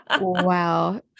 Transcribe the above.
Wow